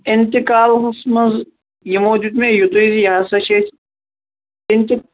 اِنتقالس منز یمو دِیُت مےٚ یتُے زِ یہِ ہسا چھِ أسۍ